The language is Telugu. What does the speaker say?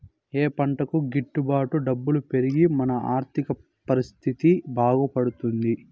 ఏ పంటకు గిట్టు బాటు డబ్బులు పెరిగి మన ఆర్థిక పరిస్థితి బాగుపడుతుంది?